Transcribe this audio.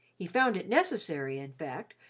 he found it necessary, in fact,